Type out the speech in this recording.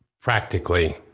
Practically